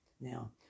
Now